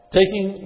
taking